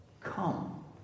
come